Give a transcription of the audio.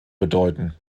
bedeuten